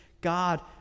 God